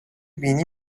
بینی